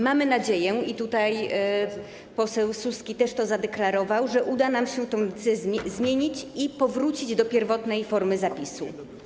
Mamy nadzieję - i tutaj poseł Suski też to zadeklarował - że uda nam się tę decyzję zmienić i powrócić do pierwotnej formy zapisu.